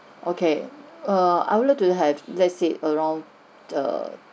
okay err I would like to have let's say around err